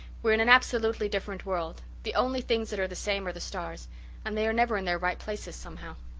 we're in an absolutely different world. the only things that are the same are the stars and they are never in their right places, somehow.